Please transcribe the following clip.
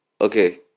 Okay